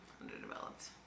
underdeveloped